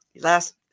last